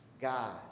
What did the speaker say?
God